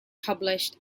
published